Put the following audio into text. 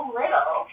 little